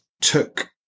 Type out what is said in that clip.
took